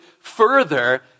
further